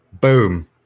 Boom